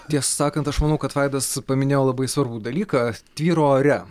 tiesa sakant aš manau kad vaidas paminėjo labai svarbų dalyką tvyro ore